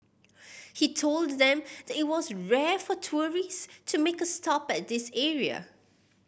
he told them that it was rare for tourist to make a stop at this area